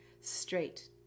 Straight